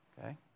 Okay